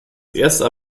erste